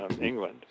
England